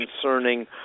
concerning